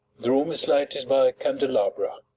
the room is lighted by candelabra.